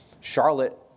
Charlotte